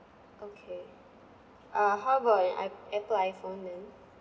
okay ah how about an i~ apple iphone then